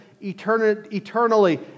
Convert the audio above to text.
eternally